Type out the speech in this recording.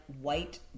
white